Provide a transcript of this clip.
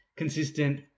consistent